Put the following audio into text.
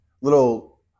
little